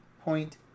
Point